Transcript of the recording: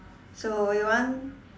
so you want